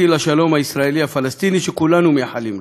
לשלום הישראלי-פלסטיני שכולנו מייחלים לו.